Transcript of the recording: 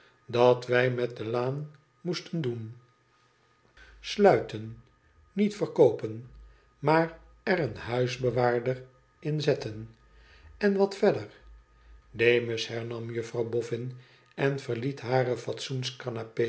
tdat wij met de laan moesten doen sluiten niet verkoopen maar er een huisbewaarder in zetten en wat verderf demus hernam jufirouw boffin en verliet hare